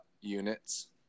units